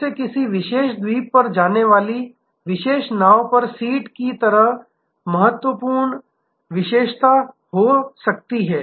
जैसे किसी विशेष द्वीप पर जाने वाली विशेष नाव पर सीट की तरह महत्वपूर्ण विशेषता हो सकती है